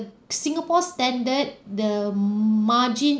singapore standard the margin